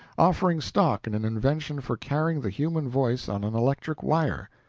offering stock in an invention for carrying the human voice on an electric wire.